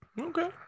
okay